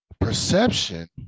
perception